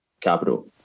capital